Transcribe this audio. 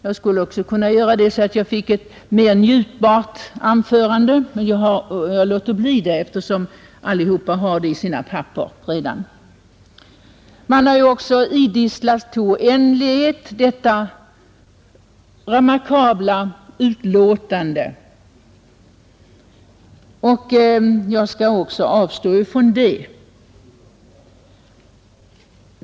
Jag skulle också kunna göra det, så att jag fick ett mer njutbart anförande, men jag låter bli att göra det, eftersom alla redan har det i sina papper. Man har också i all oändlighet idisslat detta remarkabla betänkande, Jag skall därför avstå också från att ta upp det.